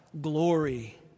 Glory